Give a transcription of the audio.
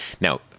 Now